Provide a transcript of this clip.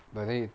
but then